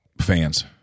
fans